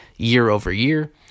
year-over-year